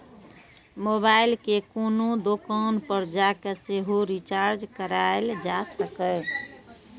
mobile कें कोनो दोकान पर जाके सेहो रिचार्ज कराएल जा सकैए